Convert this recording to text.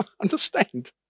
Understand